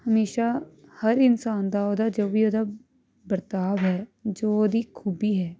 ਹਮੇਸ਼ਾਂ ਹਰ ਇਨਸਾਨ ਦਾ ਉਹਦਾ ਜੋ ਵੀ ਉਹਦਾ ਵਰਤਾਵ ਹੈ ਜੋ ਉਹਦੀ ਖੂਬੀ ਹੈ